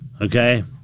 Okay